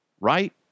Right